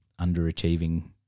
underachieving